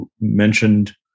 mentioned